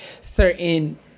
certain